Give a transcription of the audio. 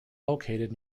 located